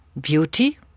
beauty